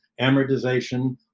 amortization